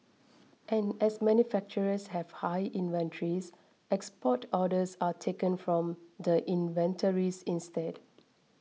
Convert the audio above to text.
and as manufacturers have high inventories export orders are taken from the inventories instead